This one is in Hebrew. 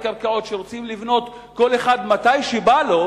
קרקעות שרוצים לבנות כל אחד מתי שבא לו,